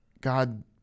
God